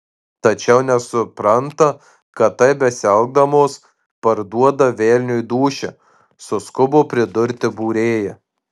tačiau nesupranta kad taip besielgdamos parduoda velniui dūšią suskubo pridurti būrėja